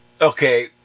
Okay